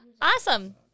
Awesome